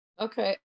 Okay